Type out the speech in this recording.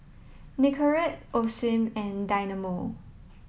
Nicorette Osim and Dynamo